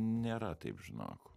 nėra taip žinok